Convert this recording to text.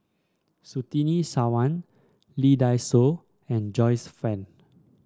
Surtini Sarwan Lee Dai Soh and Joyce Fan